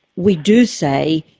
we do say,